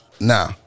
now